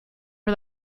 for